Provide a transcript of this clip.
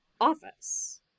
office